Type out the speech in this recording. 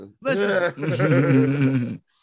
Listen